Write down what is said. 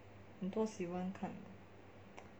很多喜欢看的